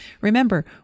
Remember